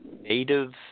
native